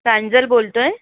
प्रांजल बोलतो आहे